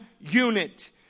unit